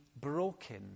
broken